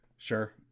Sure